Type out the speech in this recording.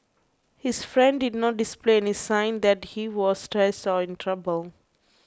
his friend did not display any sign that he was stressed or in trouble